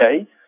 okay